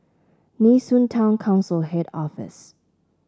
Nee Soon Town Council Head Office